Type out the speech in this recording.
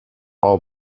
all